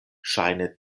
ŝajne